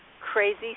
crazy